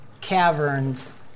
caverns